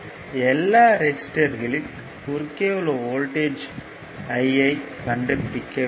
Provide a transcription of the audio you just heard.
எல்லா ரெசிஸ்டர்களின் குறுக்கே உள்ள வோல்ட்டேஜ் ஐ கண்டுபிடிக்கலாம்